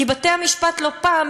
כי בתי-המשפט לא פעם,